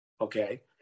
Okay